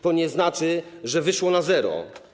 To nie znaczy, że wyszło na zero.